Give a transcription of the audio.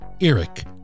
Eric